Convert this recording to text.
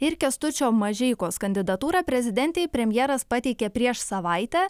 ir kęstučio mažeikos kandidatūrą prezidentei premjeras pateikė prieš savaitę